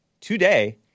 Today